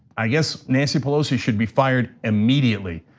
i guess nancy pelosi should be fired immediately.